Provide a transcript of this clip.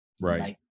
Right